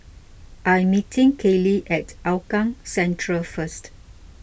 I'm meeting Kellee at Hougang Central first